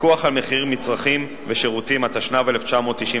פיקוח על מחיר מצרכים ושירותים, התשנ"ו 1996,